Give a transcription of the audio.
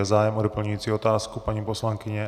Je zájem o doplňující otázku, paní poslankyně?